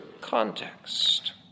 context